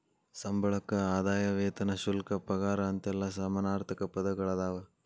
ಸಂಬಳಕ್ಕ ಆದಾಯ ವೇತನ ಶುಲ್ಕ ಪಗಾರ ಅಂತೆಲ್ಲಾ ಸಮಾನಾರ್ಥಕ ಪದಗಳದಾವ